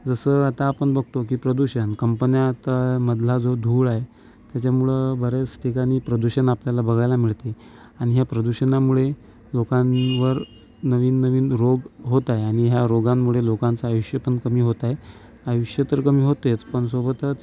जस आता आपण बघतो की प्रदूषण कंपन्यात काय मधला जो धूळ आहे त्याच्यामुळं बऱ्याच ठिकाणी प्रदूषण आपल्याला बघायला मिळते आणि या प्रदूषणामुळे लोकांवर नवीन नवीन रोग होत आहे आणि या रोगांमुळे लोकांचं आयुष्य कमी कमी होत आहे आयुष्य तर कमी होतेच पण सोबतच